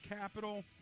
capital